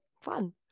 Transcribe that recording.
fun